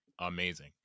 amazing